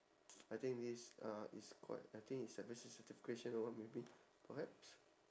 I think this uh is quite I think is a very sensitive question or what maybe perhaps